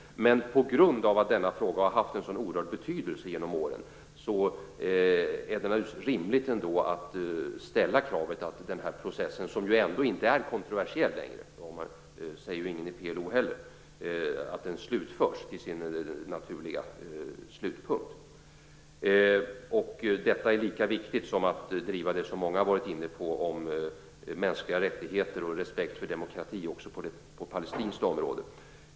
Men på grund av att denna fråga har haft en så oerhörd betydelse genom åren är det naturligtvis ändå rimligt att ställa kravet att denna process, som ju ändå inte är kontroversiell längre - det säger ju inte någon i PLO heller - förs till sin naturliga slutpunkt. Detta är lika viktigt som att driva det som många har varit inne på, nämligen mänskliga rättigheter och respekt för demokrati också på palestinskt område.